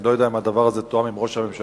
אני לא יודע אם הדבר הזה תואם עם ראש הממשלה,